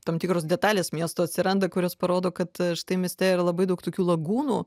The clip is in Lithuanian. tam tikros detalės miesto atsiranda kurios parodo kad štai mieste yra labai daug tokių lagūnų